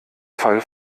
fall